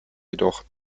jedoch